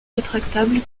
rétractable